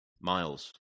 miles